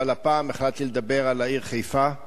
אבל הפעם החלטתי לדבר על העיר חיפה,